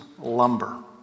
lumber